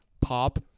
pop